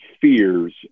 fears